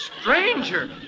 Stranger